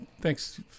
thanks